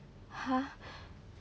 !huh!